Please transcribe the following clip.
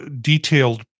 detailed